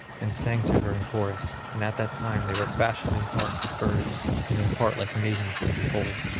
and sang to her in chorus and at that time they were fashioned in part like birds and in part like maidens to behold.